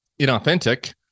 inauthentic